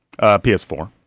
PS4